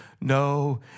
No